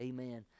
Amen